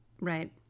Right